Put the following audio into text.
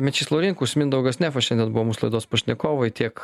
mečys laurinkus mindaugas nefas šiandien buvo mūsų laidos pašnekovai tiek